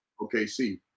okc